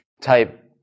type